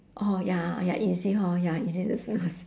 oh ya ya easy hor ya easy to snooze